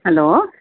hello